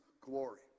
glory